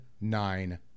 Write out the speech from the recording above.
nine